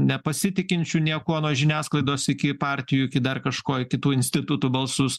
nepasitikinčių niekuo nuo žiniasklaidos iki partijų dar kažko ir kitų institutų balsus